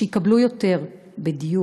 שיקבלו יותר בדיור,